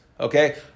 Okay